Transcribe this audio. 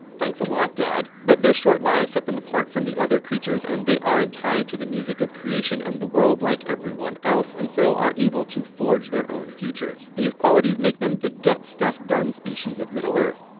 thanks a lot, dad. but, their short live set them apart from the other creatures, and they aren't tied to the music of creation and the world, like everyone else. and so, are able to forge their own futures. these qualities make them the get stuff done species of middle earth.